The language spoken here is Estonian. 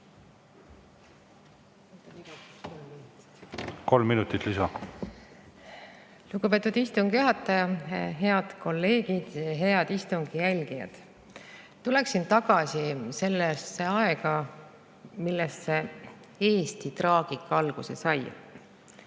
Kolm minutit lisa. Lugupeetud istungi juhataja! Head kolleegid! Head istungi jälgijad! Lähen tagasi sellesse aega, kui Eesti traagika alguse sai.